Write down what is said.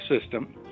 system